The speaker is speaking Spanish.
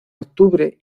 octubre